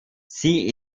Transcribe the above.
sie